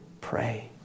pray